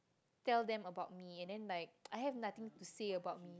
tell them about me I have nothing to say about me